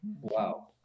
Wow